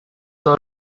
todo